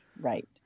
Right